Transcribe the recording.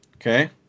Okay